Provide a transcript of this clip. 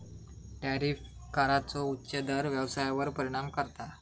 tariff कराचो उच्च दर व्यवसायावर परिणाम करता